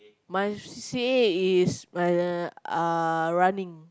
my C_C_A is uh running